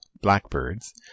blackbirds